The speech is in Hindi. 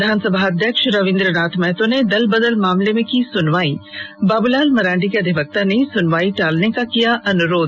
विधानसभा अध्यक्ष रबीन्द्रनाथ महतो ने दल बदल मामले में की सुनवाई बाबूलाल मरांडी के अधिवक्ता ने सुनवाई टालने का किया अनुरोध